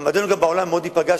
גם מעמדנו בעולם מאוד ייפגע,